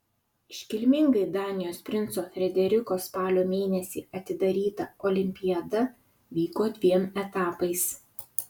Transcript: iškilmingai danijos princo frederiko spalio mėnesį atidaryta olimpiada vyko dviem etapais